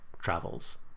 travels